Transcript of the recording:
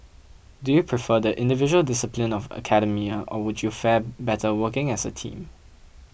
do you prefer the individual discipline of academia or would you fare better working as a team